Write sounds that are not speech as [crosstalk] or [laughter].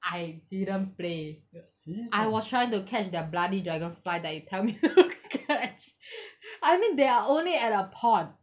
I didn't play I was trying to catch their bloody dragonfly that you tell me to catch [breath] I mean there are only at the pond